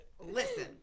Listen